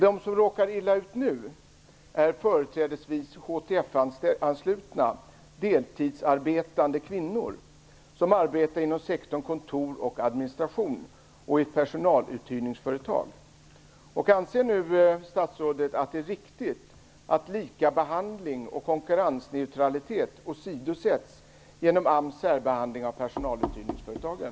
De som nu råkar illa ut är företrädesvis HTF-anslutna deltidsarbetande kvinnor som arbetar inom sektorn kontor och administration och i personaluthyrningsföretag. Anser statsrådet att det är riktigt att likabehandling och konkurrensneutralitet åsidosätts genom AMS särbehandling av personaluthyrningsföretagen?